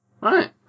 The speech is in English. right